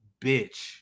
bitch